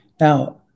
Now